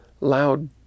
Loud